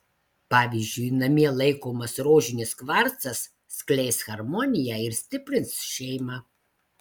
pavyzdžiui namie laikomas rožinis kvarcas skleis harmoniją ir stiprins šeimą